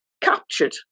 captured